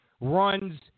runs